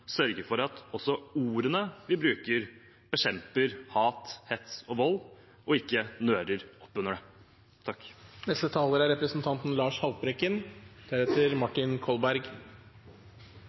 sørge for at også ordene vi bruker, bekjemper hat, hets og vold og ikke nører opp under det.